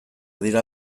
dira